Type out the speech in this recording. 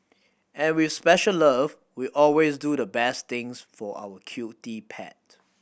and with special love we always do the best things for our cutie pet